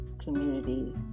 community